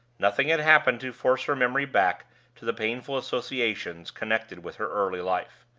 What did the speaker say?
nothing had happened to force her memory back to the painful associations connected with her early life.